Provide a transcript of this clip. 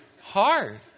hard